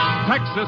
Texas